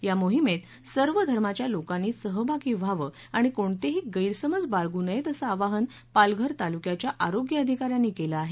या मोहिमेत सर्व धर्माच्या लोकांनी सहभागी व्हावं आणि कोणतेही गस्त्रिमज बाळगू नयेत असं आवाहन पालघर तालुक्याच्या आरोग्य अधिका यांनी केलं आहे